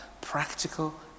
practical